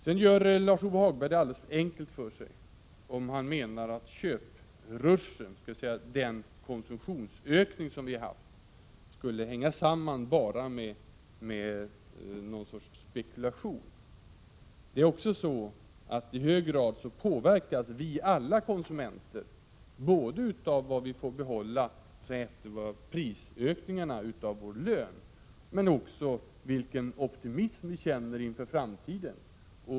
Sedan gör Lars-Ove Hagberg det alldeles för enkelt för sig, om han menar att köpruschen, dvs. den konsumtionsökning som vi har haft, skulle hänga samman bara med någon sorts spekulation. I hög grad påverkas alla vi konsumenter både av vad vi får behålla av vår lön efter prisökningarna och av vilken optimism vi känner inför framtiden.